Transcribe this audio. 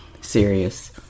serious